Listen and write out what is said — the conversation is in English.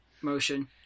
motion